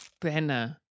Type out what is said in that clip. Benna